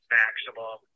maximum